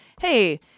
hey